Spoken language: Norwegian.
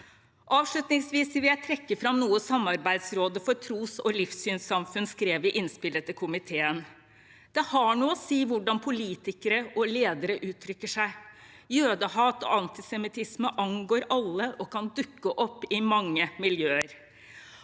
Avslutningsvis vil jeg trekke fram noe Samarbeidsrådet for tros- og livssynssamfunn skrev i innspillet til komiteen: «Det har noe å si hvordan politikere og ledere uttrykker seg. Jødehat og antisemittisme angår alle og kan dukke opp i mange miljøer.